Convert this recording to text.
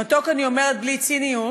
"מתוק" אני אומרת בלי ציניות,